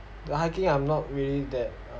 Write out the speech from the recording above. the hiking I'm not really that